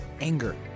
anger